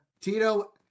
Tito